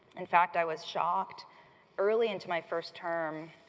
in fact, i was shocked early into my first term